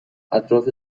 اطراف